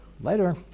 later